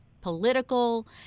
political